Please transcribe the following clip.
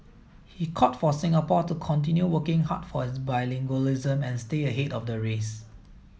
he called for Singapore to continue working hard for its bilingualism and stay ahead of the race